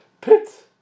pit